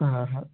हा हा हा